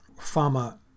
Fama